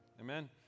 Amen